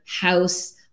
house